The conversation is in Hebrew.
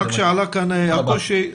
רק שעלה כאן הקושי,